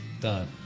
Done